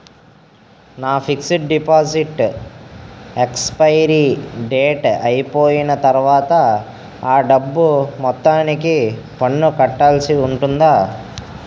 నా fixed deposit expiry date అయిపోయిన తర్వాత అ డబ్బు మొత్తానికి పన్ను కట్టాల్సి ఉంటుందా?